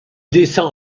descend